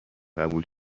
قبول